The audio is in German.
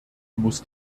muss